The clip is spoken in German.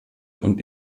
und